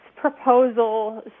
proposal